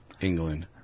England